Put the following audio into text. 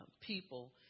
people